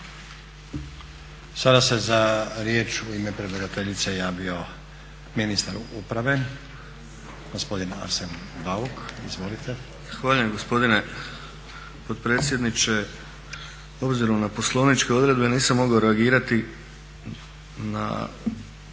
Sada se za riječ u ime predlagateljice javio ministar uprave gospodin Arsen Bauk. Izvolite. **Bauk, Arsen (SDP)** Zahvaljujem gospodine potpredsjedniče. Obzirom na poslovničke odredbe nisam mogao reagirati na